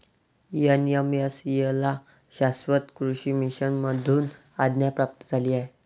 NMSA ला शाश्वत कृषी मिशन मधून आज्ञा प्राप्त झाली आहे